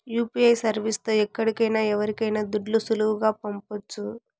UPI service తో ఎక్కడికైనా ఎవరికైనా దుడ్లు సులువుగా పంపొచ్చు